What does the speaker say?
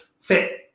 fit